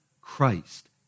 Christ